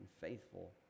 faithful